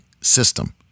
system